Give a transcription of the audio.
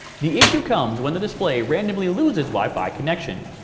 the issue comes when the display randomly loses wi-fi connection,